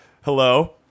hello